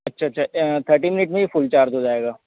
अच्छा अच्छा thirteen minute में ये फ़ुल चार्ज हो जाएगा